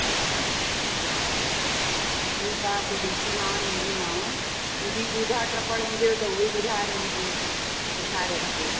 अच्छा हा हा ठीकु आहे पोइ ॾिसीमांव ईंदीमांव ॿीं बि ॾूघा टपर हुजेव त उहे ॿुधाए रखिजो ॾेखाए रखिजो